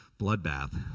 bloodbath